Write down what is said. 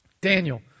Daniel